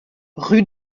rue